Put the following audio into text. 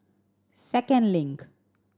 Second Link